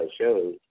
shows